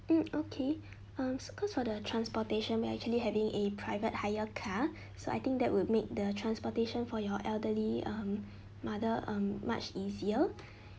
hmm okay um so cause for the transportation we're actually having a private hire car so I think that would make the transportation for your elderly um mother um much easier